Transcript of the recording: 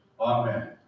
Amen